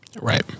Right